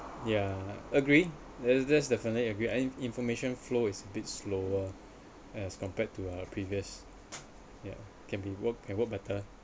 ya agree there's there's definitely agree I think information flow is bit slower as compared to our previous ya can be worked can work better